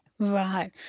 Right